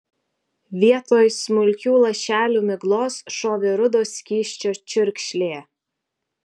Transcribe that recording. vietoj smulkių lašelių miglos šovė rudo skysčio čiurkšlė